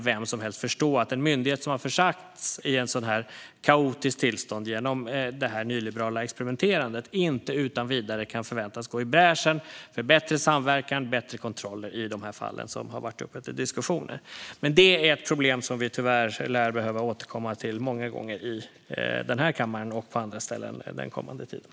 Vem som helst kan förstå att en myndighet som har försatts i ett sådant här kaotiskt tillstånd genom detta nyliberala experimenterande inte utan vidare kan förväntas gå i bräschen för bättre samverkan och bättre kontroller i dessa fall som har varit uppe till diskussion. Detta problem lär vi tyvärr behöva återkomma till många gånger i denna kammare och på andra ställen den kommande tiden.